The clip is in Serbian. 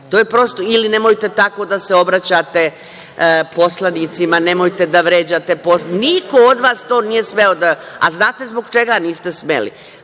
transparent, ili nemojte tako da se obraćate poslanicima, nemojte da vređate poslanike. Niko od vas to nije smeo da kaže. Znate zbog čega niste smeli?